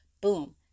Boom